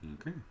Okay